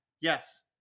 Yes